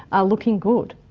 are looking good.